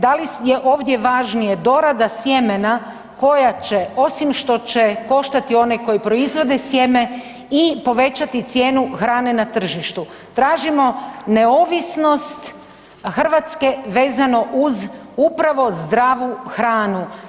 Da li je ovdje važnije dorada sjemena koja će osim što će koštati one koji proizvode sjeme i povećati cijenu hrane na tržištu, tražimo neovisnost Hrvatske vezano uz upravo zdravu hranu.